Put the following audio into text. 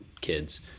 kids